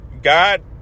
God